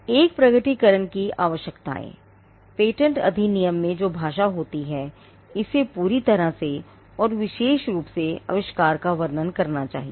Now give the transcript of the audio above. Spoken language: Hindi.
एक प्रकटीकरण की आवश्यकताएँ पेटेंट अधिनियम में जो भाषा होती है इसे पूरी तरह से और विशेष रूप से आविष्कार का वर्णन करना चाहिए